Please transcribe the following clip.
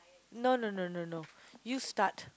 no no no no no you start